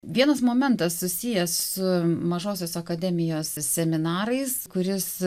vienas momentas susijęs su mažosios akademijos seminarais kuris